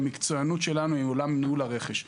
כאשר המקצוענות שלנו היא עולם ניהול הרכש.